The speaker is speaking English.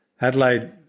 Adelaide